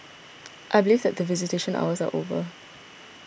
I believe that visitation hours are over